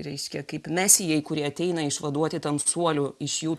reiškia kaip mesijai kurie ateina išvaduoti tamsuolių iš jų